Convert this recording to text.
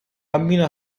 bambino